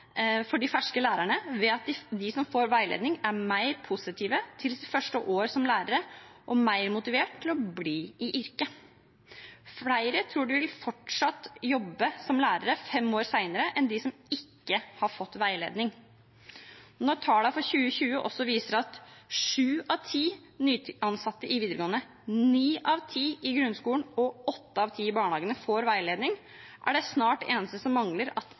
lærerne ved at de som får veiledning, er mer positive til sitt første år som lærer og mer motivert til å bli i yrket. Flere tror de fortsatt vil jobbe som lærer fem år senere, enn de som ikke har fått veiledning. Når tallene for 2020 også viser at sju av ti nyansatte i videregående, ni av ti i grunnskolen og åtte av ti i barnehagene får veiledning, er snart det eneste som mangler, at